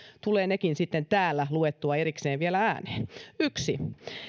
tulee nekin sitten täällä luettua erikseen vielä ääneen yksi